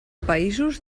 països